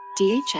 DHS